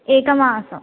एकमासम्